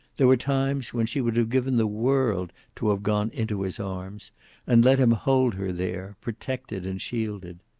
there were times when she would have given the world to have gone into his arms and let him hold her there, protected and shielded.